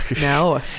No